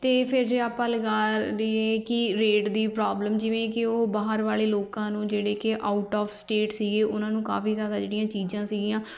ਅਤੇ ਫਿਰ ਜੇ ਆਪਾਂ ਲਗਾ ਦਈਏ ਕਿ ਰੇਡ ਦੀ ਪ੍ਰੋਬਲਮ ਜਿਵੇਂ ਕਿ ਉਹ ਬਾਹਰ ਵਾਲੇ ਲੋਕਾਂ ਨੂੰ ਜਿਹੜੇ ਕਿ ਆਊਟ ਆਫ ਸਟੇਟ ਸੀਗੇ ਉਹਨਾਂ ਨੂੰ ਕਾਫੀ ਜਿਆਦਾ ਜਿਹੜੀਆਂ ਚੀਜ਼ਾਂ ਸੀਗੀਆਂ